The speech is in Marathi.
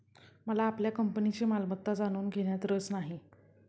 मला आपल्या कंपनीची मालमत्ता जाणून घेण्यात रस नाही